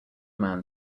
man